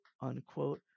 unquote